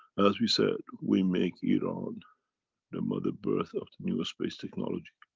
as we said, we make iran the mother birth of the new space technology.